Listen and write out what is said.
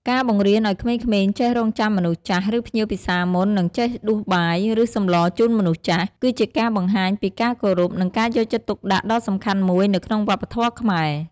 ការបង្រៀនឲ្យក្មេងៗចេះរង់ចាំមនុស្សចាស់ ឬភ្ញៀវពិសាមុន និងចេះដួសបាយ ឬសម្លរជូនមនុស្សចាស់ គឺជាការបង្ហាញពីការគោរព និងការយកចិត្តទុកដាក់ដ៏សំខាន់មួយនៅក្នុងវប្បធម៌ខ្មែរ។